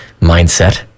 mindset